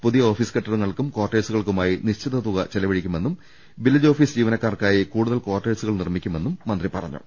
പുതിയ ഓഫീസ് കെട്ടിടങ്ങൾക്കും ക്വാർട്ടേഴ്സുക ൾക്കുമായി നിശ്ചിത തുക ചെലവഴിക്കുമെന്നും വില്ലേജ് ഓഫിസ് ജീവനക്കാർക്കായി കൂടുതൽ കാർട്ടേഴ്സുകൾ നിർമിക്കുമെന്നും മന്ത്രി പറഞ്ഞു